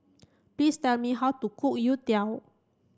please tell me how to cook Youtiao